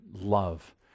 love